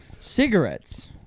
Cigarettes